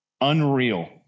unreal